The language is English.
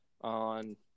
on